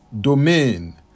domain